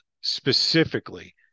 specifically